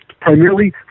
primarily